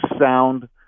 sound